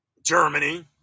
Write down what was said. Germany